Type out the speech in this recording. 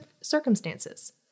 circumstances